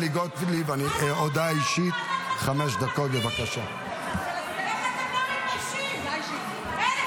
פתחתם --- רציתם ועדת חקירה ממלכתית בגלל הבן